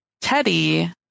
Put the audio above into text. Teddy